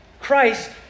Christ